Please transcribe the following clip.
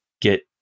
get